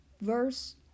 verse